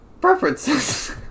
Preferences